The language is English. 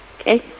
Okay